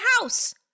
House